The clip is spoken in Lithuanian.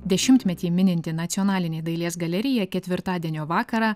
dešimtmetį mininti nacionalinė dailės galerija ketvirtadienio vakarą